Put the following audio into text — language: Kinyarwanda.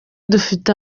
dufite